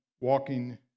walking